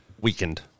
weakened